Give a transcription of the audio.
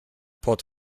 port